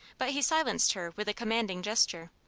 but he silenced her with a commanding gesture.